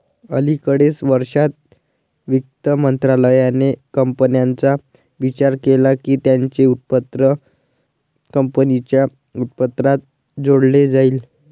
अलिकडे वर्षांत, वित्त मंत्रालयाने कंपन्यांचा विचार केला की त्यांचे उत्पन्न कंपनीच्या उत्पन्नात जोडले जाईल